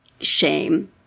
shame